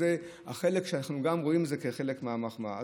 זה החלק שאנחנו גם רואים כחלק מהמחמאה.